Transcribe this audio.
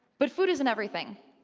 but food isn't everything.